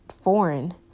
foreign